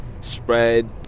spread